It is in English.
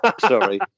Sorry